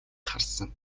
харсан